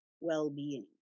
well-being